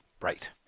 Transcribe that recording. Right